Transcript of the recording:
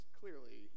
clearly